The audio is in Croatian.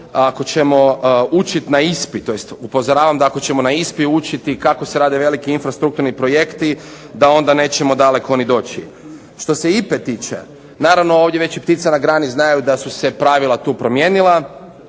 ako ćemo učiti na ISPA-i, tj. upozoravam da ako ćemo na ISPA-i učiti kako se rade veliki infrastrukturni projekti, da onda nećemo daleko ni doći. Što se IPA-e tiče naravno ovdje već i ptice na grani znaju da su se pravila tu promijenila,